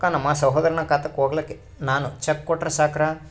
ರೊಕ್ಕ ನಮ್ಮಸಹೋದರನ ಖಾತಕ್ಕ ಹೋಗ್ಲಾಕ್ಕ ನಾನು ಚೆಕ್ ಕೊಟ್ರ ಸಾಕ್ರ?